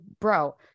bro